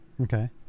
Okay